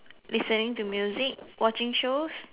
listening to music watching shows